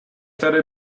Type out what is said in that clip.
thought